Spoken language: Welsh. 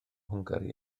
hwngari